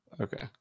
Okay